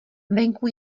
venku